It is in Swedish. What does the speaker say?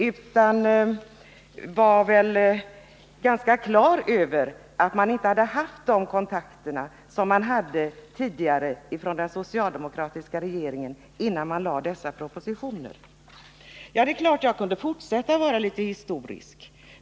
Han var på det klara med att man inte hade tagit de kontakter som den socialdemokratiska regeringen brukat göra innan man framlade sådana här propositioner. Jag kan fortsätta vara historisk.